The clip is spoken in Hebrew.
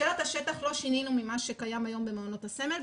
בשאלת השטח לא שינינו ממה שקיים היום במעונות הסמל.